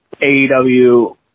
AEW